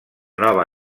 nova